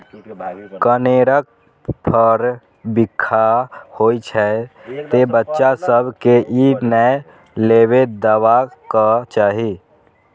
कनेरक फर बिखाह होइ छै, तें बच्चा सभ कें ई नै लेबय देबाक चाही